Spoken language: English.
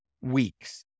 weeks